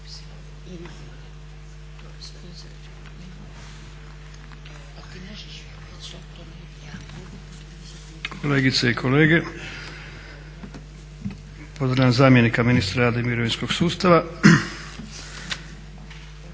Kolegice i kolege, pozdravljam zamjenika ministra rada i mirovinskog sustava.